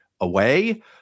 away